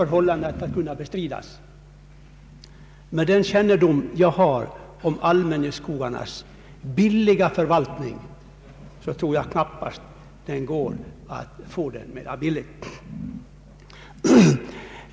skogsbrukets lönsamhet m.m. att kunna bestridas. Med den kännedom jag har om allmänningsskogarnas billiga förvaltning tror jag knappast att den går att göra mera billig.